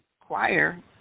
choir